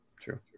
True